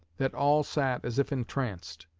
that all sat as if entranced,